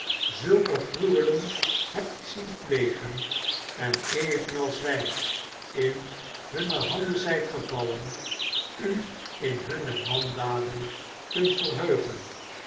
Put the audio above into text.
zuike gruwelen hebt zien plegen en evenals wij in hunne handen zijt gevallen u in hunne wandaden kunt verheugen